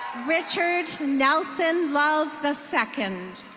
richard nelson love the second.